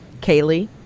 Kaylee